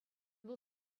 вӑл